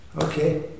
Okay